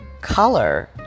color